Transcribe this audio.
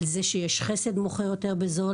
על זה שיש חסד מוכר יותר בזול,